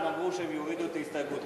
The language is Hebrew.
הם אמרו שהם יורידו את ההסתייגות.